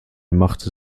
machte